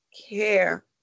care